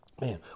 Man